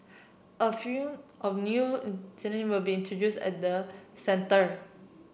a few of new will be introduced at the centre